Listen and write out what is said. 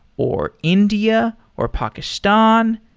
or india, or pakistan,